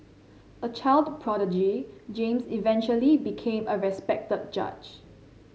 a child prodigy James eventually became a respected judge